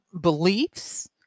beliefs